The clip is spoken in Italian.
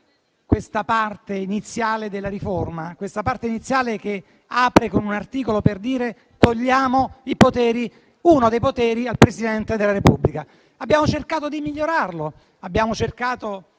questa parte iniziale della riforma. Una parte iniziale che apre con un articolo che prevede di eliminare uno dei poteri del Presidente della Repubblica. Abbiamo cercato di migliorarlo; abbiamo cercato,